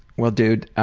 well dude,